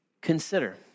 Consider